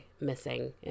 missing